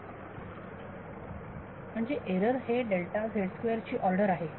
विद्यार्थी म्हणजे एरर हे डेल्टा झेड स्क्वेअर ची ऑर्डर आहे